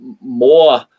more